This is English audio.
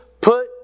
put